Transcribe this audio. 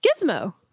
Gizmo